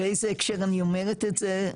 ואיזה הקשר אני אומרת את זה?